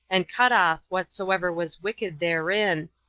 and cut off whatsoever was wicked therein,